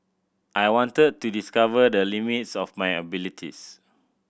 I wanted to discover the limits of my abilities